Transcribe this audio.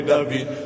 David